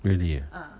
really ah